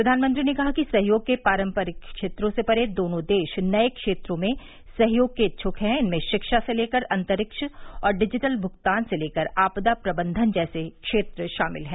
प्रधानमंत्री ने कहा कि सहयोग के पारंपरिक क्षेत्रों से परे दोनों देश नए क्षेत्रों में सहयोग के इच्छुक हैं इनमें शिक्षा से लेकर अंतरिक्ष और डिजिटल भुगतान से लेकर आपदा प्रबंधन जैसे क्षेत्र शामिल हैं